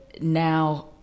now